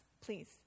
please